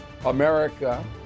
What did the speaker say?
America